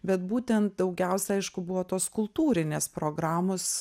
bet būtent daugiausia aišku buvo tos kultūrinės programos